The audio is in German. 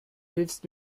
hilfst